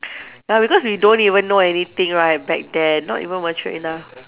ya because we don't even know anything right back then not even mature enough